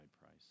price